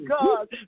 God